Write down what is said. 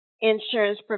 insurance